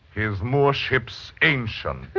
his moorship's ancient.